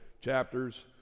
chapters